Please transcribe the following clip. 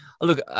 Look